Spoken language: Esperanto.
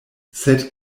sed